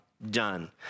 done